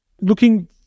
Looking